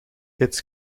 its